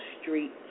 Street